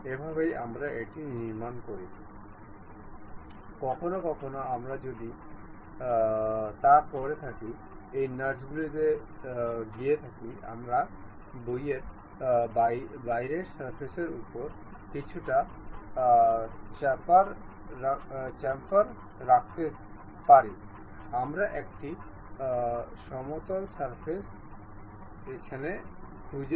এটি আমাদের দুটি নির্দিষ্ট উপাদান নির্বাচন করতে বলে